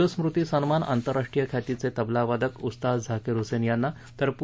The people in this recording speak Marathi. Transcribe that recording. ल स्मृती सन्मान आंतरराष्ट्रीय ख्यातीचे तबलावादक उस्ताद झाकीर हुसेन यांना तर पु